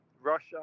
russia